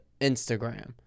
Instagram